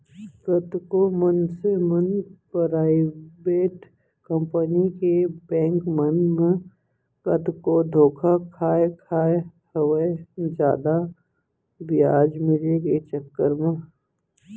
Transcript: कतको मनसे मन पराइबेट कंपनी के बेंक मन म कतको धोखा खाय खाय हवय जादा बियाज मिले के चक्कर म